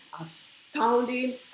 astounding